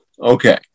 Okay